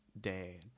day